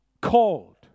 called